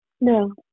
No